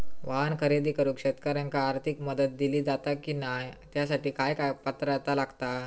वाहन खरेदी करूक शेतकऱ्यांका आर्थिक मदत दिली जाता की नाय आणि त्यासाठी काय पात्रता लागता?